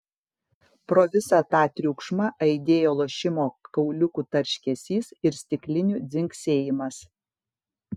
pro visą tą triukšmą aidėjo lošimo kauliukų tarškesys ir stiklinių dzingsėjimas